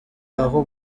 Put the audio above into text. aho